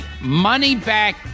money-back